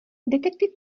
detektiv